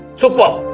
football